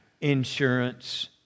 insurance